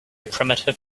primitive